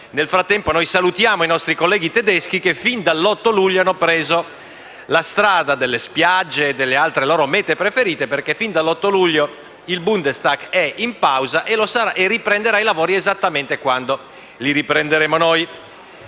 nel frattempo noi salutiamo i nostri colleghi tedeschi che fin dall'8 luglio hanno preso la strada delle spiagge e delle loro altre mete preferite, perché fin dall'8 luglio il Bundestag è in pausa e riprenderà i lavori esattamente quando li riprenderemo noi.